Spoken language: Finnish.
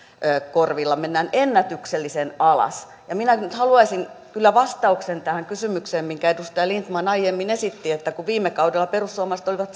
korvilla mennään ennätyksellisen alas ja minä nyt nyt haluaisin kyllä vastauksen tähän kysymykseen minkä edustaja lindtman aiemmin esitti kun viime kaudella perussuomalaiset olivat